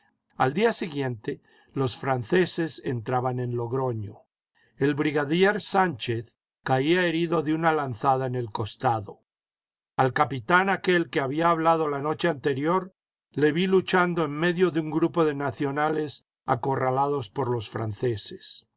al día siguiente los fianceses entraban en logroño el brigadier sánchez caía herido de una lanzada en el costado al capitán aquel que había hablado la noche anterior le vi luchando en medio de un grupo de nacionales acorralados por los franceses